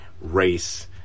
race